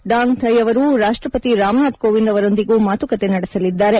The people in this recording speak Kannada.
ಡ್ಕಾಂಗ್ ಥೈ ಅವರು ರಾಷ್ಷಪತಿ ರಾಮನಾಥ್ ಕೋವಿಂದ್ ಅವರೊಂದಿಗೂ ಮಾತುಕತೆ ನಡೆಸಲಿದ್ದಾರೆ